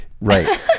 Right